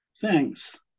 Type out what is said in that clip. thanks